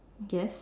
yes